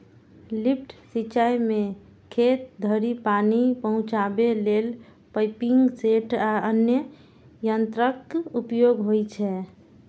lift सिंचाइ मे खेत धरि पानि पहुंचाबै लेल पंपिंग सेट आ अन्य यंत्रक उपयोग होइ छै